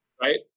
Right